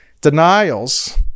denials